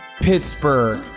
pittsburgh